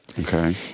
Okay